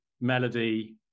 melody